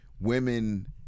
women